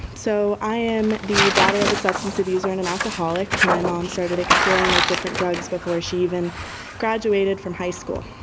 so i am the daughter of a substance abuser and an alcoholic. my mom started exploring with different drugs before she even graduated from high school.